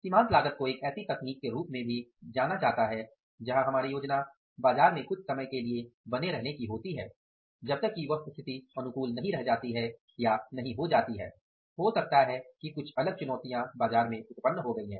सीमांत लागत को एक ऐसी तकनीक के रूप में भी जाना जाता है जहां हमारी योजना बाजार में कुछ समय के लिए बने रहने की होती है जब तक कि वह स्थिति अनुकूल नहीं रह जाती है या हो सकता है कि कुछ अलग चुनौतियां बाजार में उत्पन्न हो गई हैं